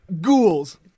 ghouls